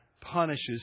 punishes